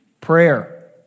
prayer